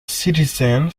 citizen